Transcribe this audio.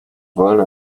wollen